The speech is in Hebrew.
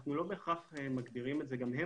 אנחנו לא בהכרח מגדירים את זה וגם הם